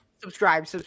subscribe